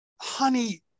Honey